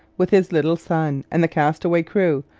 with his little son and the castaway crew,